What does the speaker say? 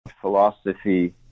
philosophy